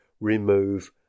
remove